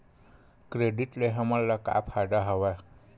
Credit ले हमन ला का फ़ायदा हवय?